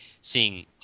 seeing